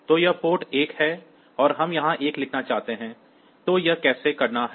तो यह पोर्ट 1 है और हम यहां 1 लिखना चाहते हैं तो यह कैसे करना है